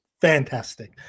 fantastic